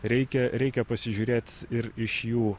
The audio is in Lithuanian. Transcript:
reikia reikia pasižiūrėt ir iš jų